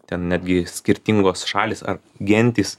ten netgi skirtingos šalys ar gentys